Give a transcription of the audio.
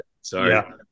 Sorry